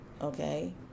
Okay